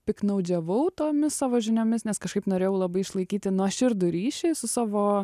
piktnaudžiavau tomis savo žiniomis nes kažkaip norėjau labai išlaikyti nuoširdų ryšį su savo